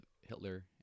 Hitler